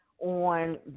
on